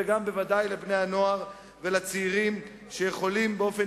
וגם בוודאי לבני-הנוער ולצעירים שיכולים באופן